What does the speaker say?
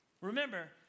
Remember